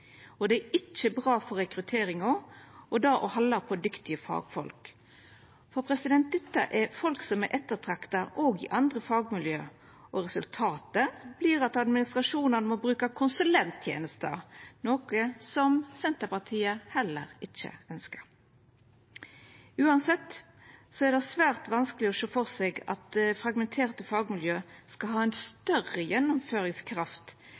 Det er ikkje bra for rekrutteringa og det å halda på dyktige fagfolk. For dette er folk som er ettertrakta òg i andre fagmiljø, og resultatet vert at administrasjonane må bruka konsulenttenester, noko Senterpartiet heller ikkje ønskjer. Det er svært vanskeleg å sjå for seg at fragmenterte fagmiljø skal ha ei større gjennomføringskraft